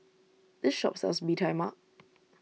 this shop sells Bee Tai Mak